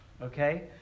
Okay